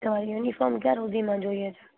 તમારે યુનિફોર્મ ક્યાં સુધીમાં જોઈએ